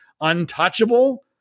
untouchable